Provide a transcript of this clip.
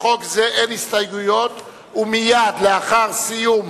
הפחתת השימוש בשקיות פלסטיק, התשס"ח 2008, עברה,